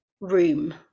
room